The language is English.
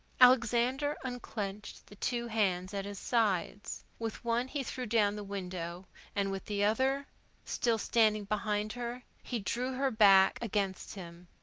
alexander unclenched the two hands at his sides. with one he threw down the window and with the other still standing behind her he drew her back against him.